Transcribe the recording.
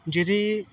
ਜਿਹੜੇ